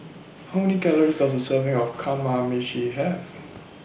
How Many Calories Does A Serving of Kamameshi Have